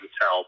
tell